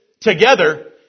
together